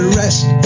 rest